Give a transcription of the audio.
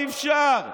אי-אפשר,